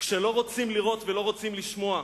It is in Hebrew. כשלא רוצים לראות ולא רוצים לשמוע,